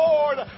Lord